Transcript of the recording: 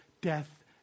death